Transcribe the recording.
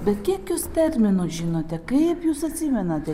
bet kiek jūs terminų žinote kaip jūs atsimenate